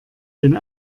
den